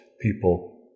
people